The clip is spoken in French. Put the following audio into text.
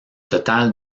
total